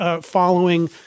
following